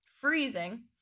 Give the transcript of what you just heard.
Freezing